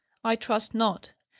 i trust not!